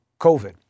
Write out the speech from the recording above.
COVID